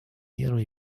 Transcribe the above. миру